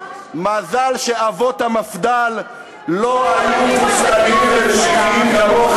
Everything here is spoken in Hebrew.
מזל שאבות המפד"ל לא היו תבוסתניים ומשיחיים כמוך